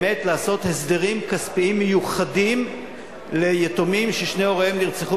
באמת לעשות הסדרים כספיים מיוחדים ליתומים ששני הוריהם נרצחו